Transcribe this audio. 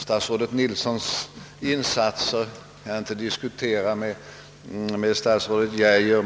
Statsrådet Nilssons insatser skall jag inte diskutera med statsrådet Geijer.